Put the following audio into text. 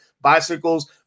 bicycles